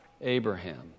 Abraham